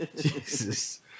Jesus